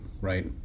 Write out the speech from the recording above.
right